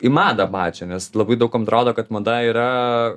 į madą pačią nes labai daug kam atrodo kad mada yra